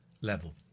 level